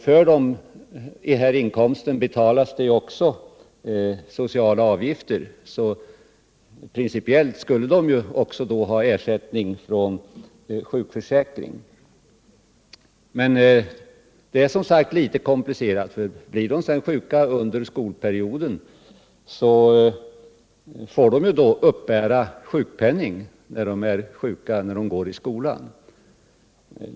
För denna inkomst betalas också sociala avgifter. Principiellt skulle de då ha ersättning från sjukförsäkringen. Men det är som sagt litet komplicerat. Blir barnen sjuka under skolperioden, får de uppbära sjukpen ning fastän de går i skolan.